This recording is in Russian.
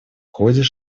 ходе